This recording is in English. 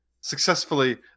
successfully